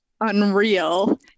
unreal